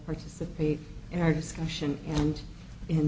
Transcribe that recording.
participate in our discussion and in